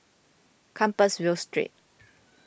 Compassvale Street